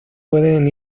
pueden